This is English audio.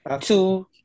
Two